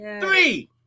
three